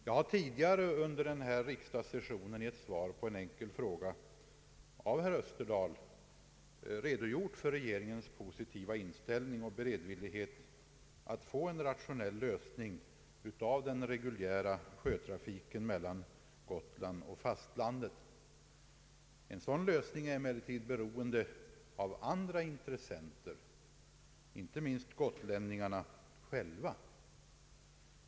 Jag har tidigare under denna riksdagssession i ett svar på en enkel fråga av herr Österdabl redogjort för regeringens positiva inställning och beredvillighet att få en rationell lösning av den reguljära sjötrafiken mellan Gotland och fastlandet. En sådan lösning är emellertid beroende av andra intressenter, inte minst gotlänningarna själva.